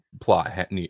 plot